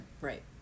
Right